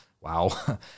wow